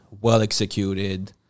well-executed